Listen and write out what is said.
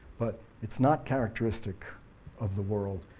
but it's not characteristic of the world.